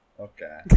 Okay